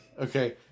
Okay